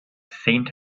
saint